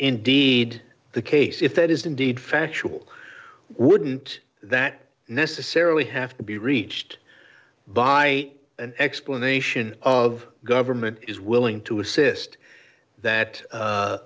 indeed the case if that is indeed factual wouldn't that necessarily have to be reached by an explanation of the government is willing to assist that